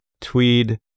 tweed